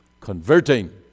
converting